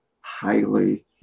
highly